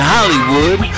Hollywood